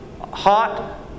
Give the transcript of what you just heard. hot